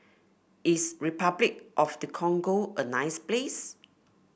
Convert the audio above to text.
is Repuclic of the Congo a nice place